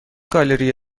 گالری